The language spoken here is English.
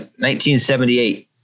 1978